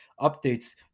updates